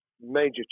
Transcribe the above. major